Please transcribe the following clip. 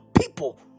people